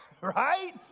right